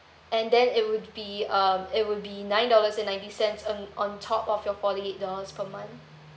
and then it would be um it would be nine dollars and ninety cents um on top of your forty eight dollars per month